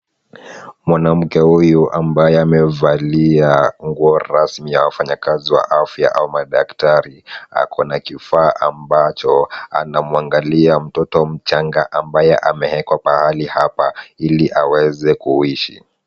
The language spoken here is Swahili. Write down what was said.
Mwanamke huyu ambaye amevalia nguo rasmi ya wafanyakazi wa afya au madaktari akona kifaa ambacho anamwangalia mtoto mchanga ambaye amewekwa pahali hapa ili aweze kuishi.